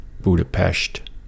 Budapest